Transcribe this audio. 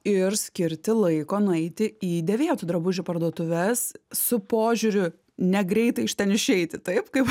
ir skirti laiko nueiti į dėvėtų drabužių parduotuves su požiūriu negreitai iš ten išeiti taip kaip